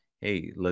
hey